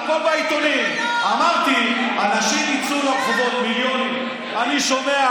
אני אמרתי שהציבור הימני לא יסכים לזה.